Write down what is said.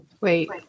Wait